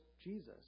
Jesus